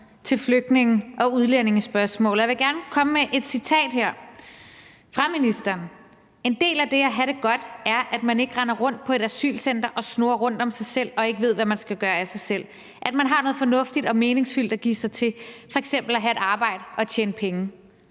til flygtninge- og udlændingespørgsmålet. Jeg vil gerne komme med citat fra ministeren her: »En del af det at have det godt er, at man ikke render rundt på et asylcenter og snurrer rundt om sig selv og ikke ved, hvad man skal gøre af sig selv.« Og: »At man har noget fornuftigt og meningsfyldt at give sig til, for eksempel at have et arbejde og tjene penge«.